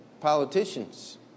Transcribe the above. Politicians